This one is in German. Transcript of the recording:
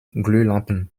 glühlampen